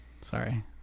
Sorry